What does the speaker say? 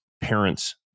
parents